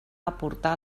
aportar